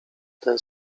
ten